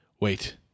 wait